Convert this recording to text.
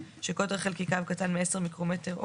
חומר חלקיקי עדין מרחף שקוטר חלקיקיו קטן מ-10 מיקרומטר או